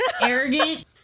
arrogant